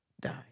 died